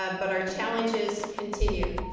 ah but our challenges continue.